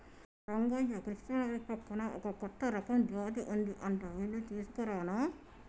రంగయ్య కృష్ణానది పక్కన ఒక కొత్త రకం జాతి ఉంది అంట వెళ్లి తీసుకురానా